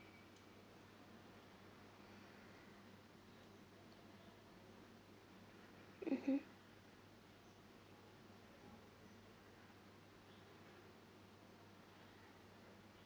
mmhmm